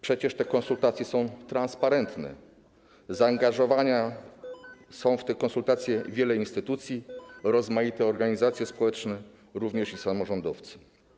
Przecież te konsultacje są transparentne, zaangażowane są w te konsultacje liczne instytucje, rozmaite organizacje społeczne, również samorządowcy.